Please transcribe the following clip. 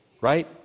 Right